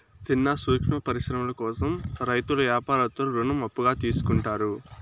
సిన్న సూక్ష్మ పరిశ్రమల కోసం రైతులు యాపారత్తులు రుణం అప్పుగా తీసుకుంటారు